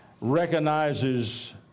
recognizes